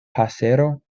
pasero